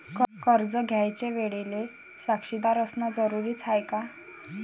कर्ज घ्यायच्या वेळेले साक्षीदार असनं जरुरीच हाय का?